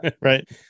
right